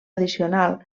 addicional